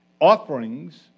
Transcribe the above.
Offerings